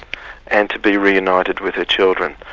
and to be reunited with her children.